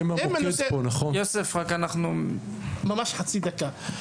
יוסף, רק אנחנו --- חצי דקה.